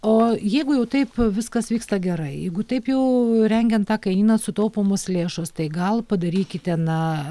o jeigu jau taip viskas vyksta gerai jeigu taip jau rengiant tą kainyną sutaupomos lėšos tai gal padarykite na